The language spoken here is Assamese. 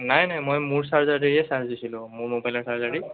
নাই নাই মই মোৰ চাৰ্জাৰ দিয়ে চাৰ্জ দিছিলোঁ মোৰ ম'বাইলৰ চাৰ্জাৰ দি